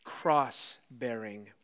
cross-bearing